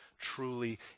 truly